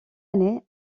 année